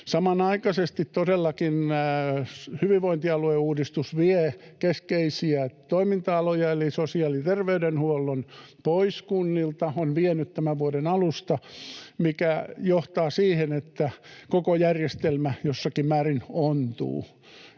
Samanaikaisesti todellakin hyvinvointialueuudistus vie keskeisiä toiminta-aloja, eli sosiaali- ja terveydenhuollon, pois kunnilta — on vienyt tämän vuoden alusta — mikä johtaa siihen, että koko järjestelmä jossakin määrin ontuu.